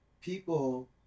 people